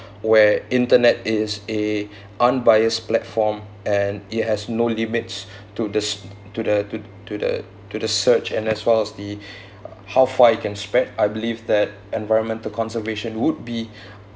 where internet is a unbiased platform and it has no limits to the to the to to the to the search and as far as the how far it can spread I believe that environmental conservation would be